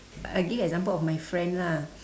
I give example of my friend lah